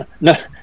no